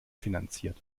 finanziert